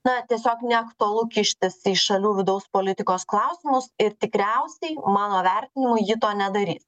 na tiesiog neaktualu kištis į šalių vidaus politikos klausimus ir tikriausiai mano vertinimu ji to nedarys